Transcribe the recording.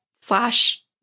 slash